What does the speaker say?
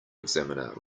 examiner